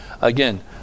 Again